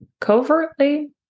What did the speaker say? covertly